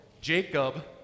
Jacob